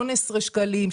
18 שקלים,